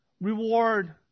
reward